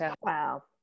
wow